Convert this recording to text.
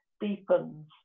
deepens